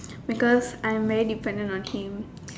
because I'm very dependent on him